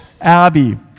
Abby